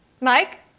Mike